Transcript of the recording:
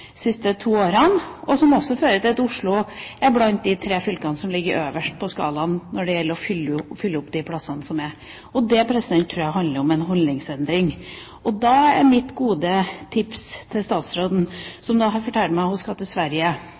siste to årene, og som også fører til at Oslo er blant de tre fylkene som ligger øverst på skalaen når det gjelder å fylle opp de plassene som er. Det tror jeg handler om en holdningsendring. Da er mitt gode tips til statsråden, som har fortalt meg at hun skal til Sverige